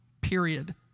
period